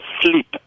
sleep